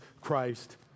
Christ